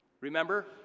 Remember